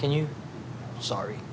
can you sorry